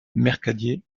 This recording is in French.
mercadier